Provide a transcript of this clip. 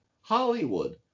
Hollywood